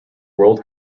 world